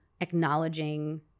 acknowledging